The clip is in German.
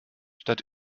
statt